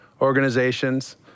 organizations